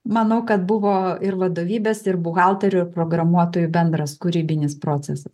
manau kad buvo ir vadovybės ir buhalterio programuotojų bendras kūrybinis procesas